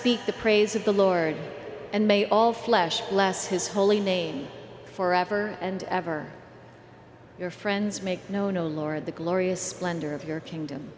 speak the praise of the lord and may all flesh bless his holy name forever and ever your friends make no no lord the glorious splendor of your kingdom